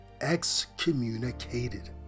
excommunicated